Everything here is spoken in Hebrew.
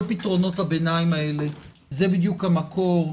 כל פתרונות הביניים זה בדיוק המקור,